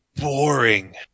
boring